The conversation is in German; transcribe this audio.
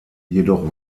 jedoch